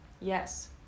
yes